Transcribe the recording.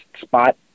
spot